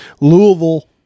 Louisville